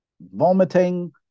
Vomiting